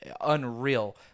unreal